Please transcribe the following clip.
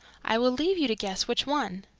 i will leave you to guess which one.